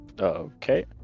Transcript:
Okay